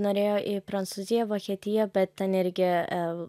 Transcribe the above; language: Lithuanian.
norėjo į prancūziją vokietiją bet ten irgi e